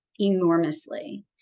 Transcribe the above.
enormously